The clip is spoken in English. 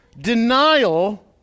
denial